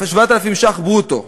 7,000 ש"ח ברוטו.